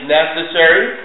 necessary